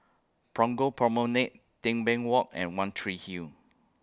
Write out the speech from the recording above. Punggol Promenade Tebing Walk and one Tree Hill